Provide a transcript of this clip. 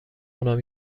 اونم